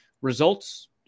results